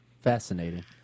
Fascinating